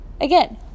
Again